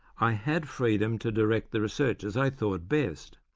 i had freedom to direct the research as i thought best.